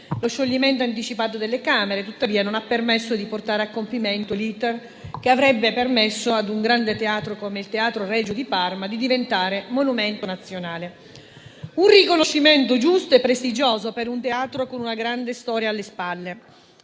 Lo scioglimento anticipato delle Camere tuttavia non ha permesso di portare a compimento l'*iter* che avrebbe permesso ad un grande teatro come il Teatro Regio di Parma di diventare monumento nazionale. Un riconoscimento giusto e prestigioso per un teatro con una grande storia alle spalle.